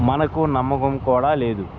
మనకు నమ్మకం కూడా లేదు